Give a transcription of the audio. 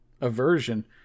aversion